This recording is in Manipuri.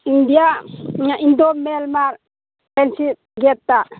India Indo Myanmar friendship ꯒꯦꯠꯇ